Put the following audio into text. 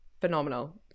phenomenal